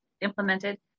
implemented